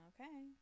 Okay